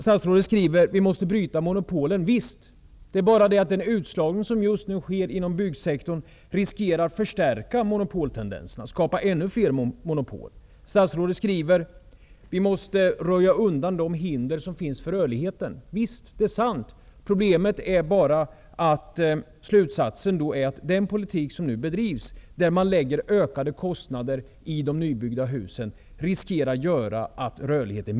Statsrådet skriver vidare att vi måste bryta monopolen. Visst, men den utslagning som just nu sker inom byggsektorn riskerar att förstärka monopoltendenserna, dvs. att medverka till att ännu fler monopol skapas. Statsrådet skriver också att vi måste röja undan de hinder som finns för rörligheten. Visst, det är sant. Problemet är bara att slutsatsen då blir att risken med den politik som nu bedrivs -- dvs. att man lägger ökade kostnader på nybyggda hus -- är att det blir minskad rörlighet.